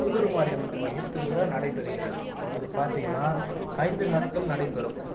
புதூர் மாரியம்மன் கோவில் திருவிழா நடைபெறுகிறது அது பார்த்திங்கன்னா ஐந்து நாட்கள் நடைபெறும்